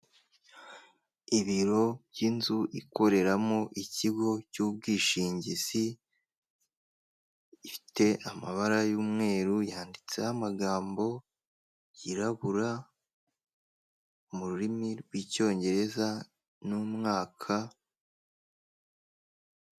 Ibiro by'inzu ikoreramo ikigo cy'ubwishingizi, ifite amabara y'umweru, yanditseho amagambo yirabura mu rurimi rw'icyongereza n'umwaka,...